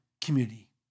community